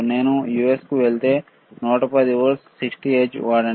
నేను యుఎస్కు వెళితే 110 వోల్ట్ 60 హెర్ట్జ్ వాడండి